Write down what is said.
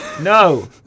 No